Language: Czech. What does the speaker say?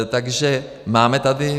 Takže máme tady.